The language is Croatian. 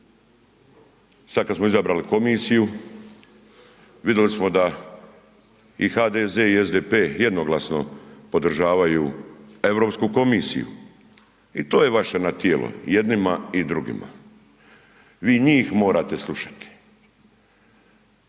sada kada smo izabrali komisiju vidjeli smo da i HDZ i SDP jednoglasno podržavaju Europsku komisiju i to je vaše nad tijelo i jednima i drugima. Vi njih morate slušati.